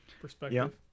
perspective